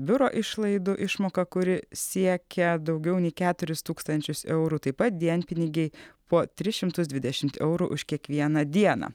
biuro išlaidų išmoka kuri siekia daugiau nei keturis tūkstančius eurų taip pat dienpinigiai po tris šimtus dvidešimt eurų už kiekvieną dieną